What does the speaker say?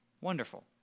Wonderful